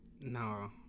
No